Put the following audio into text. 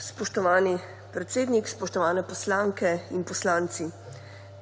Spoštovani predsednik, spoštovani poslanke in poslanci!